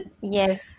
Yes